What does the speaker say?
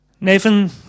Nathan